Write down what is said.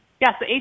Yes